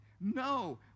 No